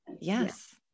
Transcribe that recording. Yes